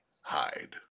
Hide